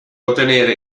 ottenere